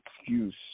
excuse